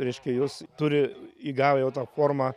reiškia jos turi įgavę jau tą formą